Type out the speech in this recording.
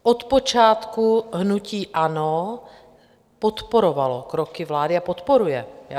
Od počátku hnutí ANO podporovalo kroky vlády a podporuje je.